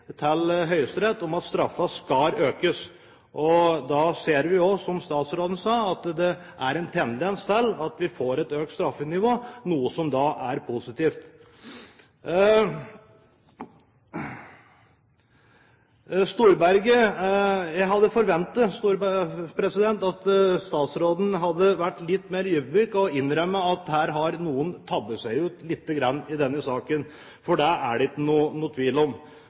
til Høyesterett om at straffene skal økes. Da ser vi også, som statsråden sa, at det er en tendens til at vi får et økt straffenivå, noe som er positivt. Jeg hadde forventet at statsråden hadde vært litt mer ydmyk og innrømmet at noen har tabbet seg litt ut i denne saken, for det er det ingen tvil om.